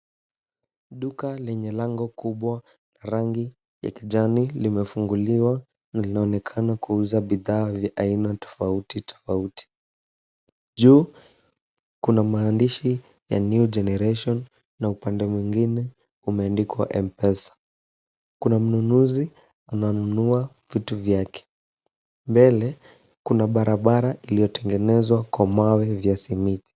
Duka lenye lango kubwa la rangi ya kijani limefunguliwa, linaonekana kuuza bidhaa ya aina tofauti tofauti. Juu kuna maandishi ya New Generation na upande mwingine kumeandikwa m-pesa. Kuna mnunuzi ananunua vitu vyake .Mbele, kuna barabara iliyotengenezwa kwa mawe vya simiti.